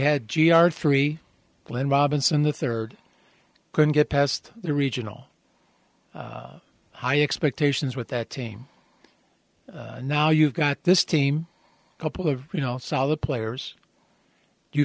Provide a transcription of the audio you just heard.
had g r three glenn robinson the third couldn't get past the regional high expectations with that team now you've got this team a couple of you know solid players you